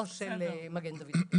לא של מד"א.